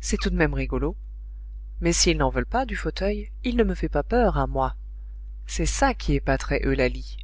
c'est tout de même rigolo mais s'ils n'en veulent pas du fauteuil il ne me fait pas peur à moi c'est ça qui épaterait eulalie